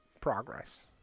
progress